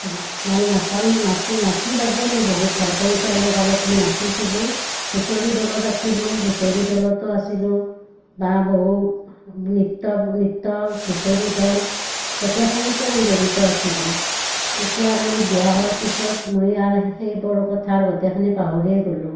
তোমাৰ মই নাচান নাচি নাচি বাগিও মই বহুত ভাল পাওঁ ছোৱালী কালত মই নাচিছিলোঁ হুঁচৰি দলত আছিলোঁ হুঁচৰি দলতো আছিলোঁ বা বহুত নৃত্য নৃত্য হুঁচৰি দল গোটেইখিনিতে মই জড়িত আছিলোঁ এতিয়া মই বিয়া হৰ পিছত মই আৰ সেইবোৰ কথাৰ গোটেইখিনি পাহৰিয়ে গ'লোঁ